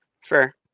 Sure